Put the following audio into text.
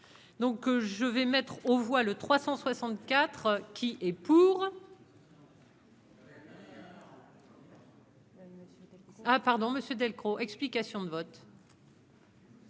donc je vais mettre aux voix le 364 qui est pour. Ah pardon, monsieur Delcros, explications de vote.